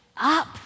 up